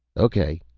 o k,